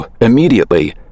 immediately